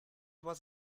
was